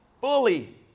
fully